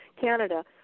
Canada